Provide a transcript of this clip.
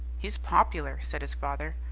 he's popular, said his father.